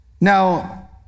now